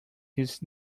his